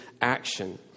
action